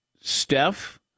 Steph